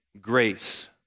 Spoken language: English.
Grace